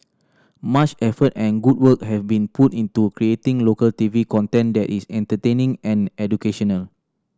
much effort and good work have been put into creating local T V content that is entertaining and educational